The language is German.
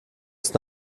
ist